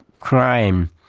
crime,